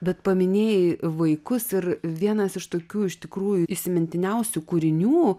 bet paminėjai vaikus ir vienas iš tokių iš tikrųjų įsimintiniausių kūrinių